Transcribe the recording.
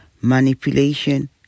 manipulation